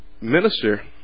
minister